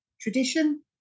tradition